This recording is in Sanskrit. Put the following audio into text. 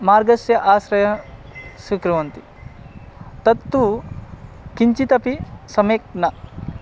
मार्गस्य आश्रयं स्वीकुर्वन्ति तत्तु किञ्चिदपि सम्यक् न